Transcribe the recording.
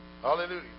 Hallelujah